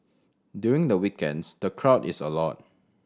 during the weekends the crowd is a lot